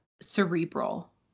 cerebral